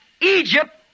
Egypt